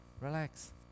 relax